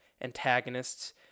Antagonists